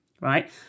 Right